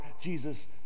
Jesus